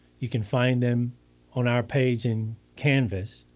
you can find them on our page in canvas,